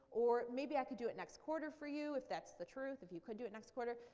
or maybe i could do it next quarter for you if that's the truth, if you could do it next quarter.